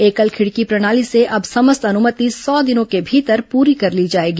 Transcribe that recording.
एकल खिडकी प्रणाली से अब समस्त अनुमति सौ दिनों के भीतर पूरी कर ली जाएगी